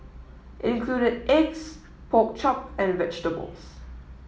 included eggs pork chop and vegetables